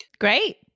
Great